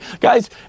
Guys